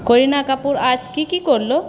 করিনা কাপুর আজ কী কী করলো